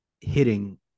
hitting